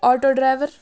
auto driver